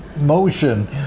motion